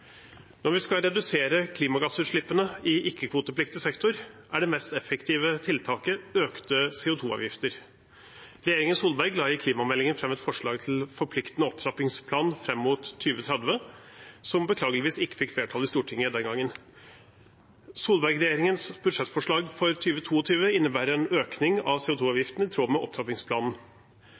Når vi skal redusere klimagassutslippene i ikke-kvotepliktig sektor, er det mest effektive tiltaket økte CO 2 -avgifter. Regjeringen Solberg la i klimameldingen fram et forslag til en forpliktende opptrappingsplan fram mot 2030, som beklageligvis ikke fikk flertall i Stortinget den gangen. Solberg-regjeringens budsjettforslag for 2022 innebærer en økning av CO 2 -avgiften i tråd med opptrappingsplanen.